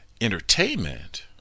entertainment